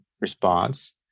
response